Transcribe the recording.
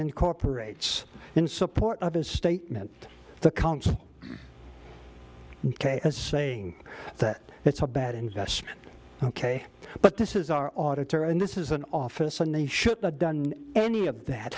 incorporates in support of his statement the council as saying that it's a bad investment ok but this is our auditor and this is an office and they should of done any of that